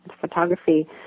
photography